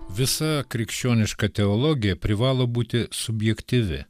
visa krikščioniška teologija privalo būti subjektyvi